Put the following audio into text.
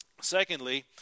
Secondly